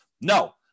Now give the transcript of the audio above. no